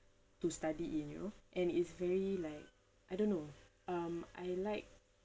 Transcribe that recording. to study in you know and it's very like I don't know um I like